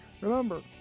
Remember